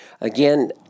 Again